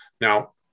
Now